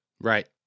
Right